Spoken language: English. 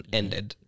ended